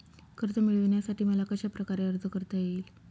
कर्ज मिळविण्यासाठी मला कशाप्रकारे अर्ज करता येईल?